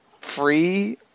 free